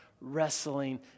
Wrestling